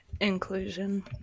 inclusion